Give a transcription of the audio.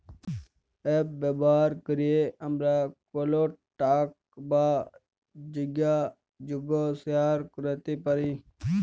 app ব্যাভার ক্যরে আমরা কলটাক বা জ্যগাজগ শেয়ার ক্যরতে পারি